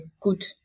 good